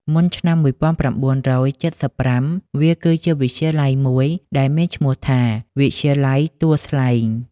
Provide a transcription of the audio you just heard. មុនឆ្នាំ១៩៧៥ វាគឺជាវិទ្យាល័យមួយដែលមានឈ្មោះថា វិទ្យាល័យទួលស្លែង។